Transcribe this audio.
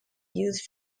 used